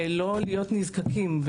ולא להיות נזקקים.